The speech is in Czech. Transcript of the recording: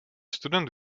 student